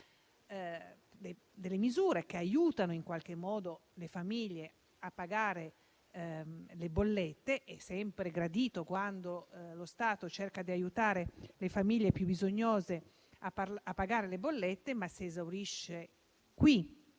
delle misure che aiutano, in qualche modo, le famiglie a pagare le bollette ed è sempre gradito quando lo Stato cerca di aiutare le famiglie più bisognose a fare ciò. Ma questo provvedimento si esaurisce qui.